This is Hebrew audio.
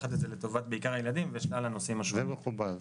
לקחת את זה בעיקר לטובת הילדים --- זה מקובל.